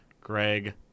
Greg